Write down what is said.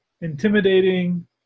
intimidating